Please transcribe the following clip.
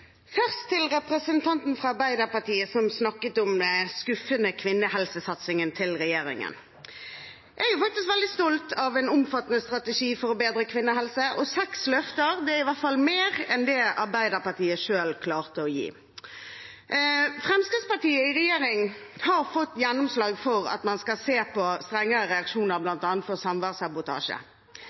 representanten fra Arbeiderpartiet som snakket om den skuffende kvinnehelsesatsingen til regjeringen. Jeg er faktisk veldig stolt av en omfattende strategi for å bedre kvinnehelse, og seks løfter er i hvert fall mer enn det Arbeiderpartiet selv klarte å gi. Fremskrittspartiet i regjering har fått gjennomslag for at man skal se på strengere reaksjoner